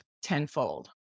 Tenfold